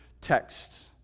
texts